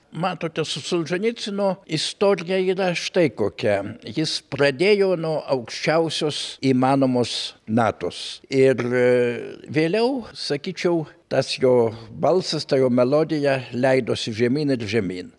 matote solženicyno istorija yra štai kokia jis pradėjo nuo aukščiausios įmanomos natos ir vėliau sakyčiau tas jo balsas ta jo melodija leidosi žemyn ir žemyn